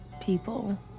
people